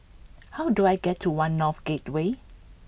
how do I get to One North Gateway